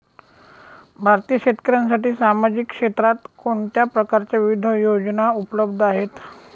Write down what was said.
भारतीय शेतकऱ्यांसाठी सामाजिक क्षेत्रात कोणत्या प्रकारच्या विविध योजना उपलब्ध आहेत?